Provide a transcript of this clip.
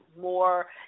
more